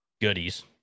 goodies